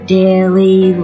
daily